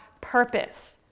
purpose